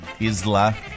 Isla